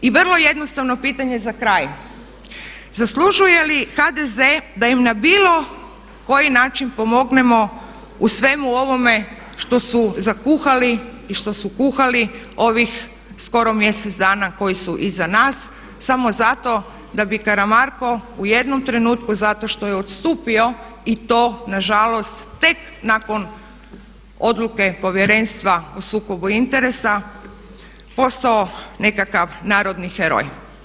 I vrlo jednostavno pitanje za kraj, zaslužuje li HDZ da im na bilo koji način pomognemo u svemu ovome što su zakuhali i što su kuhali ovih skoro mjesec dna koji su iza nas samo zato da bi Karamarko u jednom trenutku zato što je odstupio i to na žalost tek nakon odluke Povjerenstva o sukobu interesa postao nekakav narodni heroj.